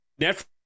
netflix